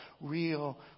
real